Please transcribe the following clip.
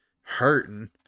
hurting